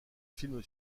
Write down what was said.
film